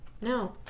No